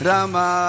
Rama